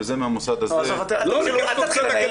וזה מהמוסד הזה --- אל תתחיל להיות מנהל